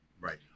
Right